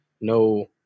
no